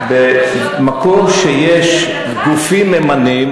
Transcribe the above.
במקום שיש גופים ממנים,